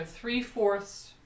three-fourths